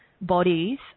bodies